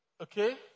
Okay